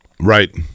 Right